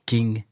King